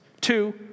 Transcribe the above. Two